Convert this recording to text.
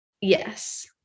Yes